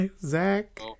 Zach